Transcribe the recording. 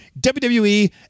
WWE